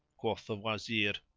quoth the wazir,